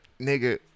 Nigga